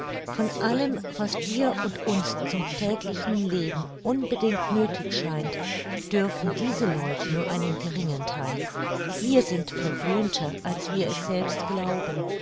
von allem was dir und uns zum täglichen leben unbedingt nöthig scheint bedürfen diese leute nur einen geringen theil wir sind verwöhnter als wir es selbst glauben